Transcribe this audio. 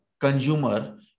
consumer